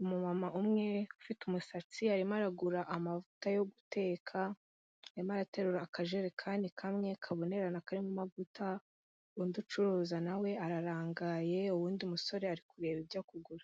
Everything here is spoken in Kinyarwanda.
umumama umwe ufite umusatsi arimo aragura amavuta yo guteka, arimo araterura akajerekani kamwe kabonerana, karimo amavuta undi ucuruza nawe ararangaye, uwundi musore ari kureba ibyo kugura.